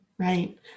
Right